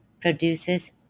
Produces